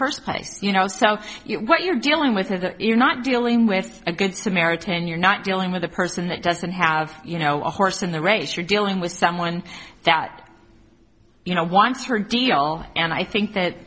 first place you know so what you're dealing with and you're not dealing with a good samaritan you're not dealing with a person that doesn't have you know a horse in the race you're dealing with someone that you know wants her deal and i think that